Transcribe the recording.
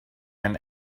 and